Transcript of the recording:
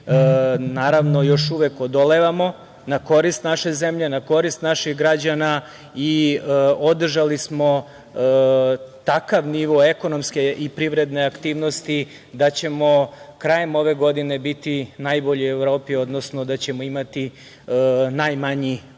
naravno, još uvek odolevamo, na korist naše zemlje, na korist naših građana i održali smo takav nivo ekonomske i privredne aktivnosti, da ćemo krajem ove godine biti najbolji u Evropi, odnosno da ćemo imati najmanji pad